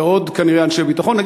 ועוד כנראה אנשי ביטחון.